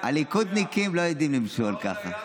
הליכודניקים לא יודעים למשול ככה.